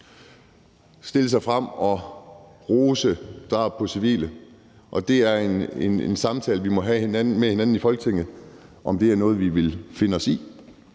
stille sig frem og rose drab på civile. Og det er en samtale, vi må have med hinanden i Folketinget: om det er noget, vi vil finde os i;